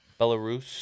Belarus